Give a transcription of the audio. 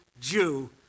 Jew